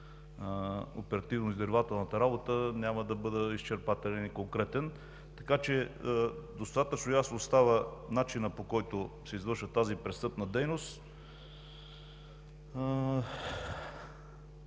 оперативно-издирвателната работа няма да бъда изчерпателен и конкретен. Достатъчно ясен става начинът, по който се извършва тази престъпна дейност